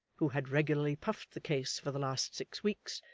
who had regularly puffed the case for the last six weeks,